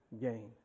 gain